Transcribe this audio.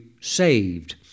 saved